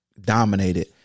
dominated